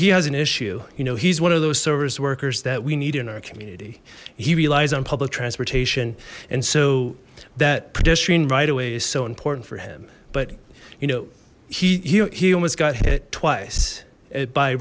he has an issue you know he's one of those service workers that we need in our community he relies on public transportation and so that pedestrian right away is so important for him but you know he he almost got hit twice